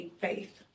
faith